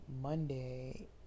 Monday